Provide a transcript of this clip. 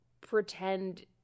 pretend